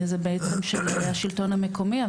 זה בעצם של השלטון המקומי,